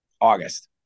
August